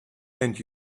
and